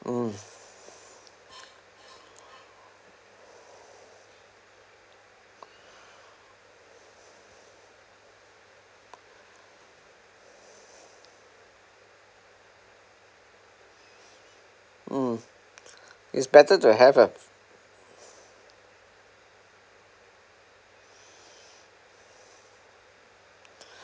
mm mm it's better to have a